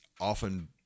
often